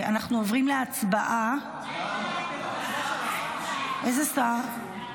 אנחנו עוברים להצבעה ------ איזה שר?